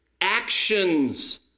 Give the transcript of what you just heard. actions